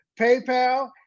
PayPal